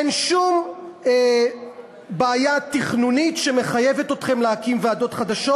אין שום בעיה תכנונית שמחייבת אתכם להקים ועדות חדשות.